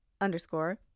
Underscore